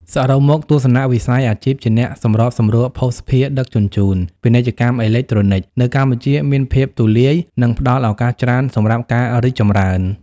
សរុបមក ទស្សនវិស័យអាជីពជាអ្នកសម្របសម្រួលភស្តុភារដឹកជញ្ជូន ពាណិជ្ជកម្មអេឡិចត្រូនិក នៅកម្ពុជាមានភាពទូលាយ និងផ្តល់ឱកាសច្រើនសម្រាប់ការរីកចម្រើន។